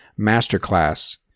masterclass